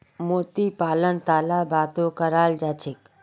मोती पालन तालाबतो कराल जा छेक